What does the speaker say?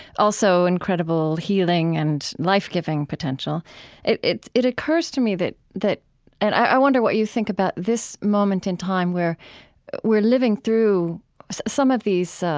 also incredible healing and life-giving potential it it occurs to me that that and i wonder what you think about this moment in time where we're living through some of these, ah,